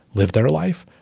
live their life.